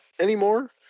anymore